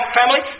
family